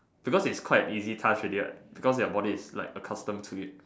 because it's quite an easy task already what because like your body is like accustomed to it